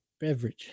beverage